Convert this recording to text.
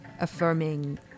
affirming